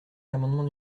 l’amendement